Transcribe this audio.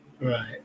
Right